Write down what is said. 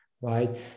right